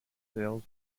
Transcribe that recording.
sails